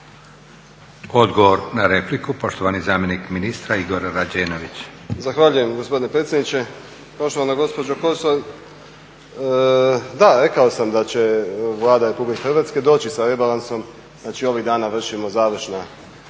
Odgovor na repliku, poštovani zamjenik ministra Igor Rađenović. **Rađenović, Igor (SDP)** Zahvaljujem gospodine predsjedniče. Poštovana gospođo Kosor da rekao sam da će Vlada Republike Hrvatske doći sa rebalansom, znači ovih dana vršimo završne